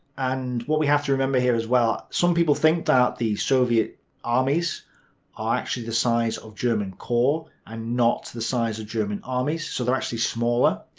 and what we have to remember here as well, some people think that the soviet armies are actually the size of german corps and not the size of german armies. so they're actually smaller.